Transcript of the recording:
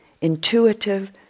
intuitive